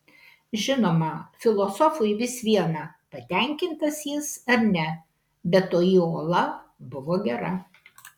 žinoma filosofui vis viena patenkintas jis ar ne bet toji ola buvo gera